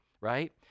right